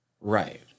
Right